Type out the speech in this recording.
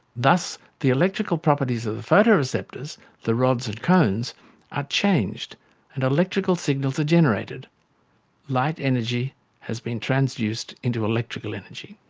thus the electrical properties of the photoreceptors the rods and cones are changed and electrical signals are generated light energy has been transduced into electrical energy.